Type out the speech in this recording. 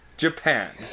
Japan